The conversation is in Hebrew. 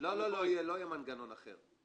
--- לא יהיה מנגנון אחר.